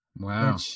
Wow